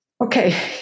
Okay